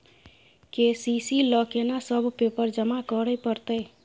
KCC ल केना सब पेपर जमा करै परतै?